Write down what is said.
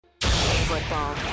Football